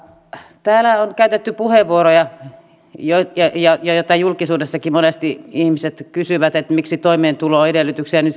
täällä on käytetty puheenvuoroja kuten julkisuudessakin monesti ihmiset kysyvät miksi toimeentuloedellytyksiä nyt kiristetään